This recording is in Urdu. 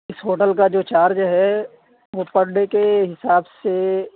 اِس ہوٹل کا جو چارج ہے وہ پر ڈے کے حساب سے